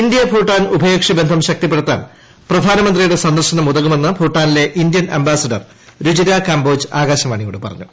India Bhutan ഉഭയകക്ഷി ബന്ധം ശക്തിപ്പെടുത്താൻ പ്രധാനമന്ത്രിയുടെ സന്ദർശനം ഉതകുമെന്ന് ഭൂട്ടാനിലെ ഇന്ത്യൻ അംബാസിഡർ രുചിരാ കാംബോജ് ആകാശവാണിയോട് പറഞ്ഞു